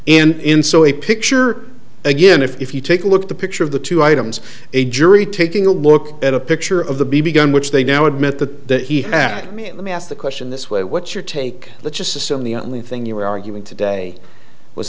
in so a picture again if you take a look at the picture of the two items a jury taking a look at a picture of the b b gun which they now admit that he hacked me let me ask the question this way what's your take let's just assume the only thing you were arguing today was